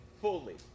fully